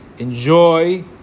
Enjoy